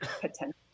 potential